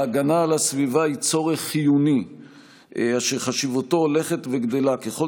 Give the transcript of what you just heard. ההגנה על הסביבה היא צורך חיוני אשר חשיבותו הולכת וגדלה ככל